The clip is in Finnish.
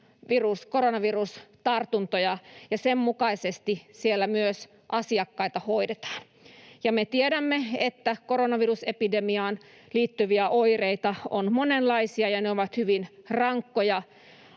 koronavirustartuntoja, ja sen mukaisesti siellä myös asiakkaita hoidetaan. Me tiedämme, että koronavi-rusepidemiaan liittyviä oireita on monenlaisia ja ne ovat hyvin rankkoja